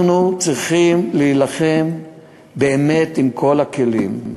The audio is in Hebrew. אנחנו צריכים להילחם באמת עם כל הכלים.